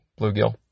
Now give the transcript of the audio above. bluegill